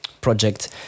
project